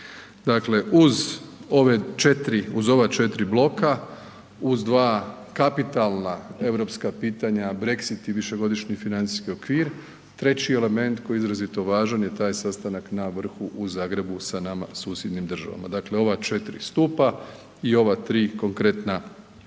četiri, uz ova četiri bloka, uz dva kapitalna europska pitanja, Brexit i višegodišnji financijski okvir, treći element koji je izrazito važan je taj sastanak na vrhu u Zagrebu sa nama susjednim državama. Dakle ova četiri stupa i ova tri konkretna